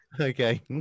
okay